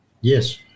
Yes